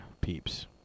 peeps